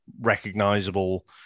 recognizable